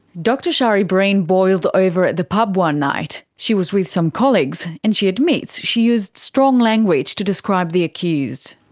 dr shari breen boiled over at the pub one night. she was with some colleagues, and she admits she used strong language to describe the accused.